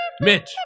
Mitch